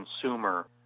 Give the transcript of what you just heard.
consumer